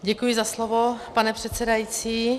Děkuji za slovo, pane předsedající.